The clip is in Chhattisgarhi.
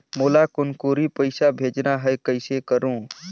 मोला कुनकुरी पइसा भेजना हैं, कइसे करो?